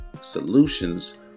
solutions